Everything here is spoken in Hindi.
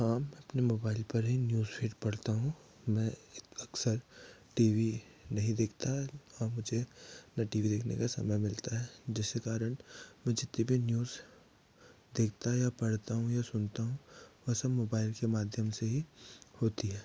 हम अपने मोबाईल पर ही न्यूज फ़ीड पढ़ता हूँ मैं अक्सर टी वी नहीं देखता और मुझे ना टी वी देखने का समय मिलता है जिसके कारण मैं जितने भी न्यूज़ देखता या पढ़ता हूँ या सुनता हूँ वह सब मोबाईल के माध्यम से ही होती है